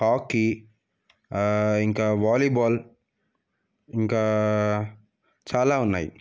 hockey ఇంకా volleyball ఇంకా చాలా ఉన్నాయి